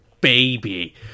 baby